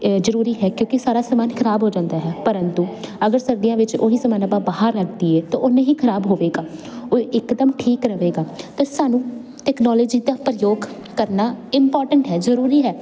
ਜ਼ਰੂਰੀ ਹੈ ਕਿਉਂਕਿ ਸਾਰਾ ਸਮਾਨ ਖਰਾਬ ਹੋ ਜਾਂਦਾ ਹੈ ਪਰੰਤੂ ਅਗਰ ਸਰਦੀਆਂ ਵਿੱਚ ਉਹੀ ਸਮਾਨ ਆਪਾਂ ਬਾਹਰ ਰੱਖ ਦੀਏ ਤਾਂ ਉਹ ਨਹੀਂ ਖਰਾਬ ਹੋਵੇਗਾ ਉਹ ਇੱਕਦਮ ਠੀਕ ਰਹੇਗਾ ਤਾਂ ਸਾਨੂੰ ਟੈਕਨੋਲੋਜੀ ਦਾ ਪ੍ਰਯੋਗ ਕਰਨਾ ਇਮਪੋਰਟੈਂਟ ਹੈ ਜ਼ਰੂਰੀ ਹੈ